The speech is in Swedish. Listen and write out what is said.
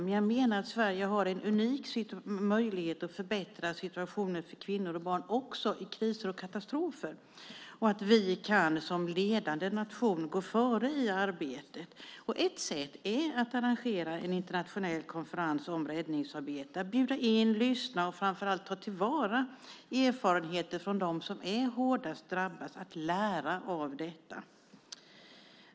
Men jag menar att Sverige har en unik möjlighet att förbättra situationen för kvinnor och barn också i kriser och katastrofer och att vi kan som ledande nation gå före i arbetet. Ett sätt är att arrangera en internationell konferens om räddningsarbete och bjuda in, lyssna och framför allt ta till vara erfarenheter från dem som är hårdast drabbade och att lära av detta.